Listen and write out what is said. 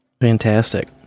Fantastic